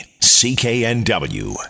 CKNW